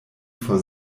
vor